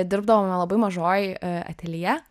dirbdavome labai mažoj ateljė